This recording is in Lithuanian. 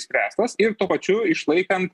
spręstas ir tuo pačiu išlaikan